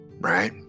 right